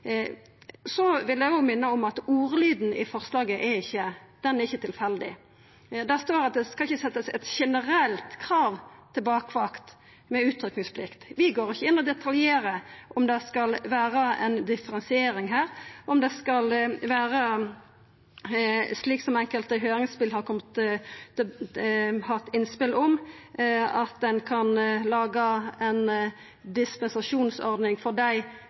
Eg vil minna om at ordlyden i forslaget ikkje er tilfeldig. Det står at det ikkje skal setjast eit generelt krav til bakvakt med utrykkingsplikt. Vi går ikkje inn og detaljstyrer om det skal vera ei differensiering her, om det skal vera slik som enkelte i høyringa har kome med innspel om, at ein kan laga ei dispensasjonsordning for dei